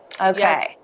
Okay